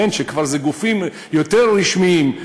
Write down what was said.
ואלה כבר גופים יותר רשמיים,